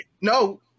no